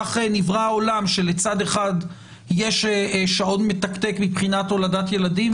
כך נברא העולם שלצד אחד יש שעון מתקתק מבחינת הולדת ילדים,